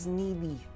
needy